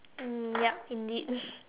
mm yup indeed